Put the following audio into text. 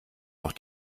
noch